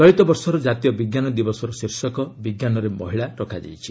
ଚଳିତ ବର୍ଷର ଜାତୀୟ ବିଜ୍ଞାନ ଦିବସର ଶୀର୍ଷକ 'ବିଜ୍ଞାନରେ ମହିଳା' ରଖାଯାଇଛି